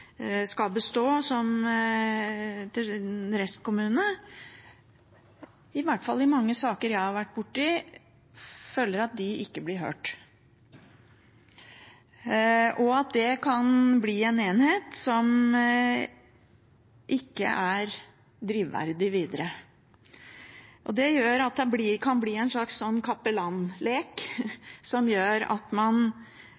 restkommune, i hvert fall i mange saker jeg har vært borti, føler at de ikke blir hørt, og at det kan bli en enhet som ikke er drivverdig videre. Det gjør at det kan bli en slags